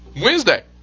Wednesday